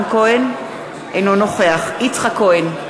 אינו נוכח יצחק כהן,